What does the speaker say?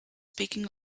speaking